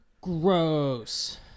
Gross